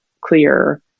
clear